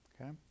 okay